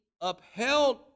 upheld